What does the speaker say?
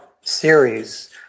series